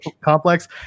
Complex